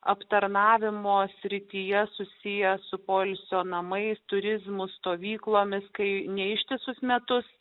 aptarnavimo srityje susiję su poilsio namais turizmo stovyklomis kai ne ištisus metus